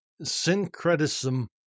syncretism